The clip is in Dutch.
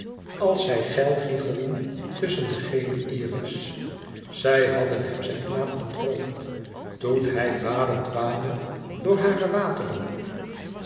als zij geil giechelden tusschen de gele iris zij hadden hem zijn knaap ontroofd toen hij badend waadde door hare wateren